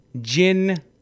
Jin